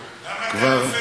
כבר,